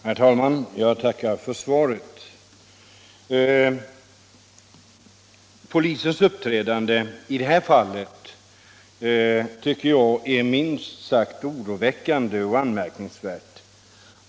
Herr talman! Jag tackar för svaret. Polisens uppträdande i det här fallet tycker jag är minst sagt oroväckande och anmärkningsvärt.